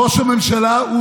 ראש הממשלה הוא